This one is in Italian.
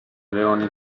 leoni